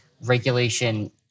regulation